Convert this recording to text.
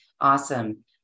awesome